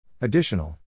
Additional